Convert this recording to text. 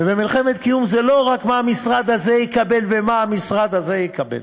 ובמלחמת קיום זה לא רק מה המשרד הזה יקבל ומה המשרד הזה יקבל.